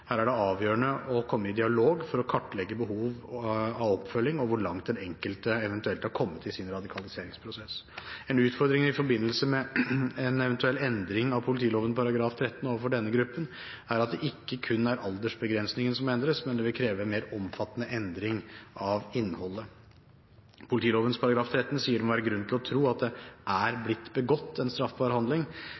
Her er det avgjørende å komme i dialog for å kartlegge behov for oppfølging og hvor langt den enkelte eventuelt har kommet i sin radikaliseringsprosess. En utfordring i forbindelse med en eventuell endring av politiloven § 13 overfor denne gruppen er at det ikke kun er aldersbegrensningen som må endres, men det vil kreve en mer omfattende endring av innholdet. Politiloven § 13 sier det må være grunn til å tro at det er blitt «begått en straffbar handling»